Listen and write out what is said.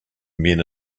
men